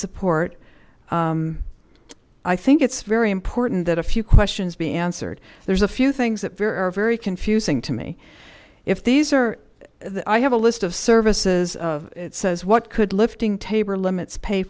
support i think it's very important that a few questions be answered there's a few things that very are very confusing to me if these are i have a list of services it says what could lifting tabor limits pay